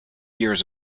years